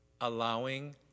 allowing